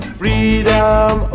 freedom